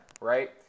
right